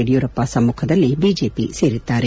ಯದಿಯೂರಪ್ಪ ಸಮ್ಮುಖದಲ್ಲಿ ಬಿಜೆಪಿ ಸೇರಿದ್ದಾರೆ